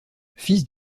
fils